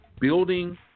building